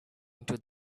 into